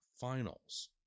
Finals